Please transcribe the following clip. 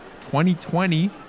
2020